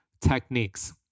techniques